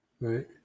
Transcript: Right